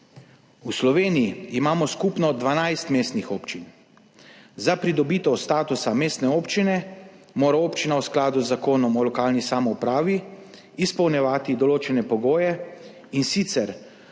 V Sloveniji imamo skupno 12 mestnih občin. Za pridobitev statusa mestne občine mora občina v skladu z Zakonom o lokalni samoupravi izpolnjevati določene pogoje, in sicer,